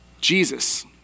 Jesus